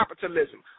capitalism